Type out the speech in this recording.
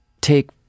Take